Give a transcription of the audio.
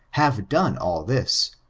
have done all this,